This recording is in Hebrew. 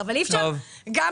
רבה.